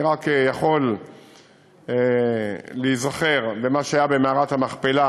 אני רק יכול להיזכר במה שהיה במערת המכפלה,